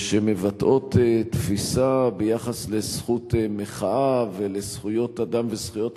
ושמבטאות תפיסה ביחס לזכות מחאה ולזכויות אדם וזכויות